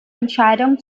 entscheidungen